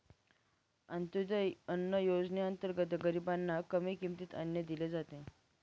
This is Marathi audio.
अंत्योदय अन्न योजनेअंतर्गत गरीबांना कमी किमतीत अन्न दिले जाते